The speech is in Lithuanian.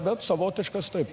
bet savotiškas taip